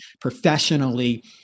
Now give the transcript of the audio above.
professionally